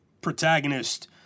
protagonist